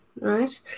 right